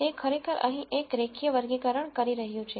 તે ખરેખર અહીં એક રેખીય વર્ગીકરણ કરી રહ્યું છે